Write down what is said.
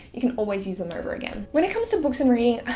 you can always use them over again. when it comes to books and reading,